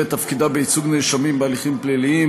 את תפקידה בייצוג נאשמים בהליכים פליליים.